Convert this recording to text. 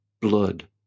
blood